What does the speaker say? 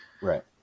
Right